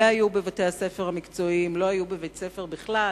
היו בבתי-הספר המקצועיים לא היו בבית-ספר בכלל.